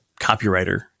copywriter